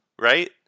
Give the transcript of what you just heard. right